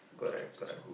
correct correct